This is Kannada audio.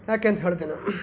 ಏಕೆ ಅಂತ ಹೇಳ್ತೀನಿ